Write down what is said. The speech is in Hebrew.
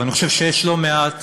אני חושב שיש לא מעט